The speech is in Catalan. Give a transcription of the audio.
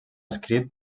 escrit